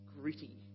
gritty